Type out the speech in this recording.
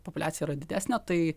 populiacija yra didesnė tai